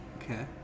Okay